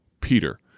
Peter